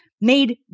made